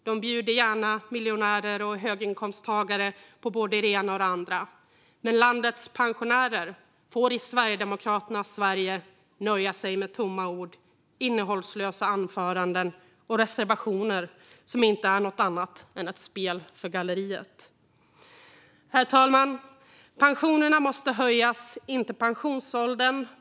De bjuder gärna miljonärer och höginkomsttagare på både det ena och det andra, men landets pensionärer får i Sverigedemokraternas Sverige nöja sig med tomma ord, innehållslösa anföranden och reservationer som inte är något annat än ett spel för galleriet. Herr talman! Pensionerna måste höjas, inte pensionsåldern.